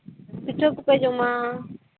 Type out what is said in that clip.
ᱯᱤᱴᱷᱟᱹ ᱠᱚᱯᱮ ᱡᱚᱢᱟ